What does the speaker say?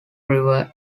river